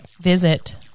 visit